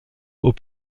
aux